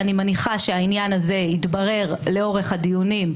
אני מניחה שהעניין הזה יתברר לאורך הדיונים,